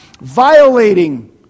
violating